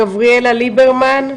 גבריאלה ליברמן,